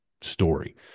story